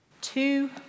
Two